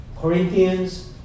Corinthians